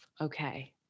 Okay